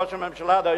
ראש הממשלה דהיום,